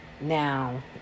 Now